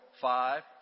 five